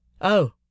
Oh